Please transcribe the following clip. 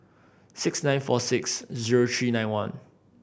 six nine four six zero three nine one